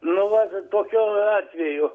nu vat tokiu atveju